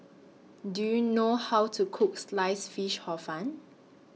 Do YOU know How to Cook Sliced Fish Hor Fun